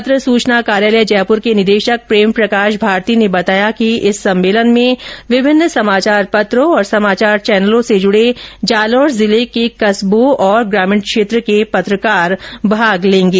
पत्र सूचना कार्यालय जयपूर के निदेशक प्रेम प्रकाश भारती ने बताया कि इस सम्मेलन में विभिन्न समाचार पत्रों और समाचार चैनलों से जुड़े जालोर जिले के कस्बों और ग्रामीण क्षेत्र के पत्रकार भाग लेंगे